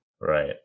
Right